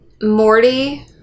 Morty